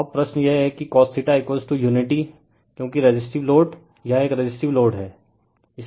तो अब प्रश्न यह है कि cos यूनिटी क्योंकि रेसिसटिव लोड यह एक रेसिसटिव लोड है